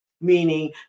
meaning